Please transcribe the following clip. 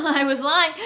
i was lying.